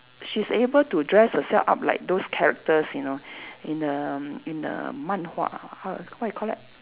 she's able to dress herself up like those characters you know in the in the 漫画 how what you call that